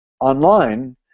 online